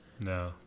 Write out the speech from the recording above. no